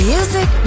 Music